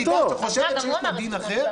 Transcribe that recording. התפטרו כי הם הלכו עם מישהו אחר ולא רצו להיות חלק.